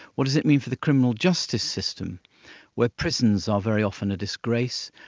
what is it mean for the criminal justice system where prisons are very often a disgrace,